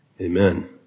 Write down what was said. Amen